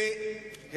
אין שפה אחרת.